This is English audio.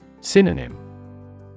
Synonym